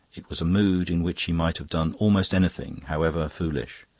it was a mood in which he might have done almost anything, however foolish.